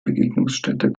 begegnungsstätte